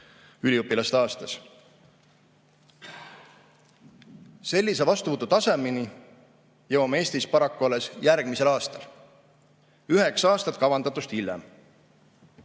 üliõpilast aastas. Sellise vastuvõtu tasemeni jõuame Eestis paraku alles järgmisel aastal – üheksa aastat kavandatust hiljem.